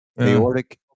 aortic